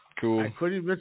Cool